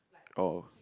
oh